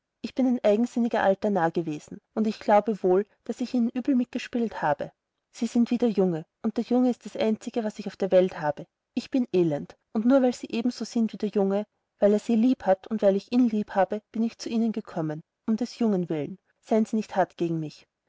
ich bin ein eigensinniger alter narr gewesen und ich glaube wohl daß ich ihnen übel mitgespielt habe sie sind wie der junge und der junge ist das einzige was ich auf der welt habe ich bin elend und nur weil sie ebenso sind wie der junge und weil er sie lieb hat und ich ihn lieb habe bin ich zu ihnen gekommen um des jungen willen seien sie nicht hart gegen mich